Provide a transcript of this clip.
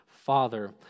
Father